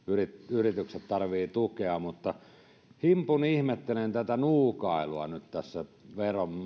yritykset tarvitsevat tukea mutta himpun ihmettelen tätä nuukailua nyt tässä veron